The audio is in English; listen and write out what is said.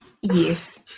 Yes